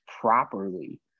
properly